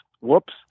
whoops